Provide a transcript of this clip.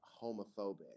homophobic